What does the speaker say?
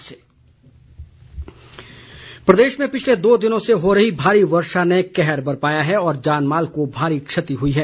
मौसम प्रदेश में पिछले दो दिनों से हो रही भारी वर्षा ने कहर बरपाया है और जानमाल को भारी क्षति हुई है